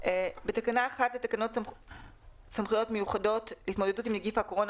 "בתקנה 1 לתקנות סמכויות מיוחדות להתמודדות עם נגיף הקורונה